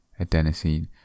adenosine